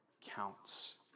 counts